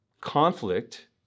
Conflict